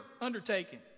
undertaken